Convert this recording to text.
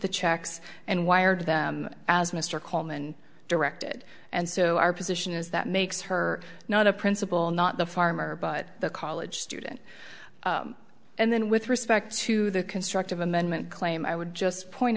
the checks and wired them as mr coleman directed and so our position is that makes her not a principal not the farmer but the college student and then with respect to the constructive amendment claim i would just point